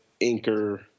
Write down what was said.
anchor –